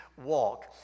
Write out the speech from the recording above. walk